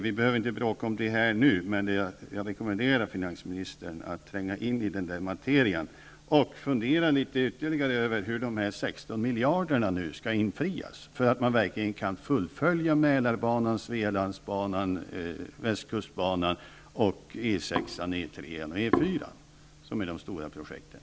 Vi behöver inte bråka om detta nu, men jag rekommenderar finansministern att tränga in i denna materia och fundera litet ytterligare över hur löftet om de 16 miljarderna nu skall infrias, så att man verkligen kan fullfölja utbyggnaden av E 6:an, E 3:an och E 4:an, vilka är de stora projekten.